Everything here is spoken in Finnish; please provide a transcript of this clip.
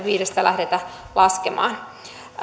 viidestä lähdetä laskemaan